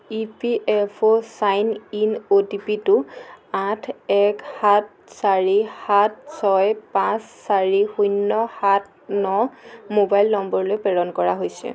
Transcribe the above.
EPFO sign in অ'টিপিটো আঠ এক সাত চাৰি সাত ছয় পাঁচ চাৰি শূন্য সাত ন মোবাইল নম্বৰলৈ প্ৰেৰণ কৰা হৈছে